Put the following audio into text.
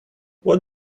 what